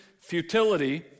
futility